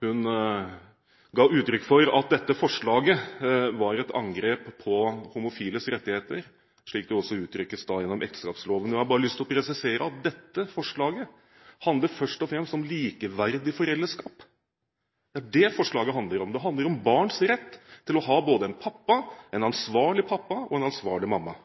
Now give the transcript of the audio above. Hun ga uttrykk for at dette forslaget var et angrep på homofiles rettigheter, slik disse uttrykkes gjennom ekteskapsloven. Jeg har lyst til bare å presisere at dette forslaget handler først og fremst om likeverdig foreldreskap, det er det forslaget handler om. Det handler om barns rett til å ha både en ansvarlig pappa og en ansvarlig mamma.